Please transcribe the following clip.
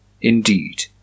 Indeed